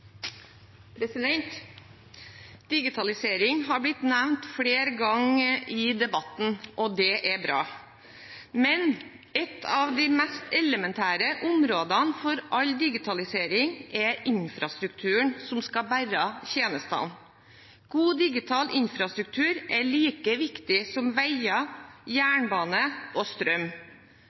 bra. Men et av de mest elementære områdene for all digitalisering er infrastrukturen som skal bære tjenestene. God digital infrastruktur er like viktig som vei, jernbane og strøm.